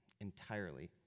entirely